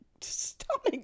stomach